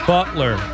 Butler